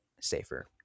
safer